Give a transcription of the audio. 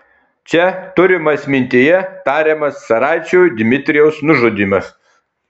čia turimas mintyje tariamas caraičio dmitrijaus nužudymas